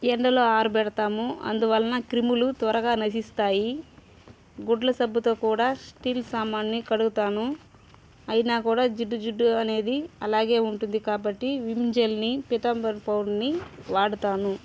ఎండలో ఆరబెడతాము అందువలన క్రిములు త్వరగా నశిస్తాయి గుడ్డల సబ్బుతో కూడా స్టీల్ సామాన్ని కడుగుతాను అయినా కూడా జిడ్డు జిడ్డు అనేది అలాగే ఉంటుంది కాబట్టి విమ్ జెల్ని పితాంబరి పౌడర్ని వాడుతాను